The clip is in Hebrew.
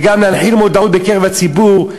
וגם להנחיל מודעות בקרב הציבור,